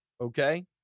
Okay